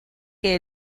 que